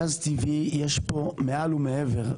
גז טבעי יש פה מעל ומעבר,